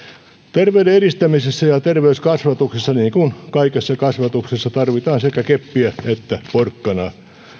terveyden edistämisessä ja ja terveyskasvatuksessa niin kuin kaikessa kasvatuksessa tarvitaan sekä keppiä että porkkanaa